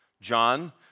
John